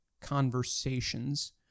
conversations